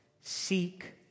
Seek